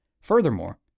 Furthermore